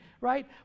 right